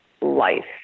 life